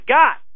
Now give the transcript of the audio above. got